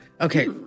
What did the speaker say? Okay